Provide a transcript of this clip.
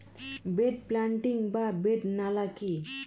Bed planting বা bed নালা কি?